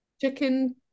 chicken